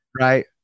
Right